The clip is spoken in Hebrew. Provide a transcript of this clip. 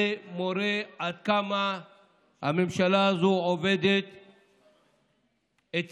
זה מורה עד כמה הממשלה הזאת עובדת אצל,